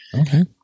okay